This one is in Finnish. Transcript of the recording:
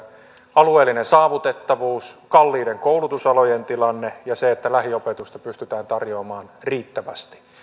alueellinen saavutettavuus kalliiden koulutusalojen tilanne ja se että lähiopetusta pystytään tarjoamaan riittävästi